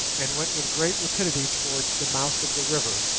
and went with great rapidity towards the mouth of the river,